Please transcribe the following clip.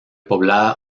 poblada